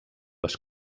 les